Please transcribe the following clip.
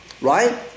right